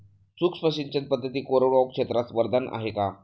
सूक्ष्म सिंचन पद्धती कोरडवाहू क्षेत्रास वरदान आहे का?